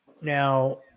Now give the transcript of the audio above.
Now